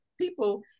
people